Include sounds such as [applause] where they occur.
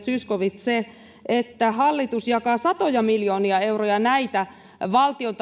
zyskowicz se että hallitus jakaa satoja miljoonia euroja näitä valtion [unintelligible]